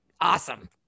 Awesome